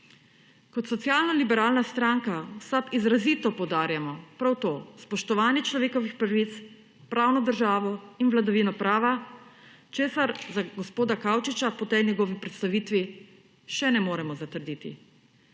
Kot socialno liberalna stranka, v SAB izrazito poudarjamo prav to, spoštovanje človekovih pravic, pravno državo in vladavino prava, česar za gospoda Kavčiča po tej njegovi predstavitvi še ne moremo zatrditi.